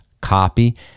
Copy